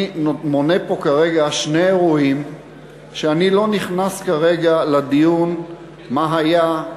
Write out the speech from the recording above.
אני מונה פה כרגע שני אירועים שאני לא נכנס כרגע לדיון מה היה,